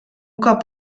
cop